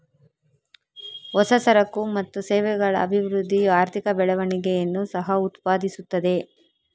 ಹೊಸ ಸರಕು ಮತ್ತು ಸೇವೆಗಳ ಅಭಿವೃದ್ಧಿಯು ಆರ್ಥಿಕ ಬೆಳವಣಿಗೆಯನ್ನು ಸಹ ಉತ್ಪಾದಿಸುತ್ತದೆ